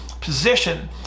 position